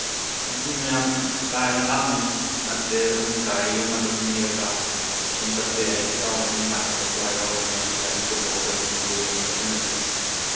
ꯑꯗꯨꯝ ꯌꯥꯝ ꯀꯥ ꯍꯦꯟꯅ ꯂꯥꯞꯅ ꯅꯠꯇꯦ ꯑꯗꯨꯝ ꯒꯥꯔꯤ ꯑꯃ ꯑꯗꯨꯝ ꯅꯦꯛꯑꯒ ꯑꯗꯨꯝ ꯆꯠꯄ ꯌꯥꯏ ꯏꯇꯥꯎ ꯍꯣꯏ ꯃꯤ ꯂꯥꯛꯀꯗꯕꯗꯣ ꯍꯥꯏꯔꯛꯑꯣ ꯑꯩ ꯒꯥꯔꯤ ꯄꯨꯊꯣꯛꯑꯒ ꯑꯩꯈꯣꯏ ꯌꯦꯡꯕ ꯆꯠꯃꯤꯟꯅꯁꯦ